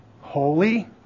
holy